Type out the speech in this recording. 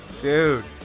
dude